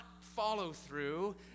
follow-through